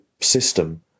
system